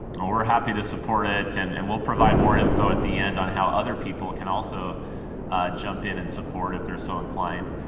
well we're happy to support it. and and we'll provide more info at the end on how other people can also jump in and support if they're so inclined.